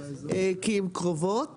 כי הן קרובות,